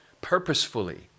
purposefully